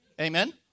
Amen